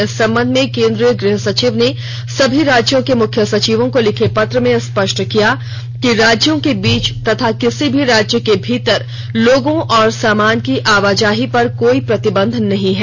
इस संबंध में केंद्रीय गृहसचिव ने सभी राज्यों के मुख्य सचिवों को लिखे पत्र में यह स्पष्ट किया है कि राज्यों के बीच तथा किसी राज्य के भीतर लोगों और सामान की आवाजाही पर कोई प्रतिबंध नहीं है